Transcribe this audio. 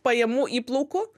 pajamų įplaukų